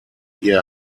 ihr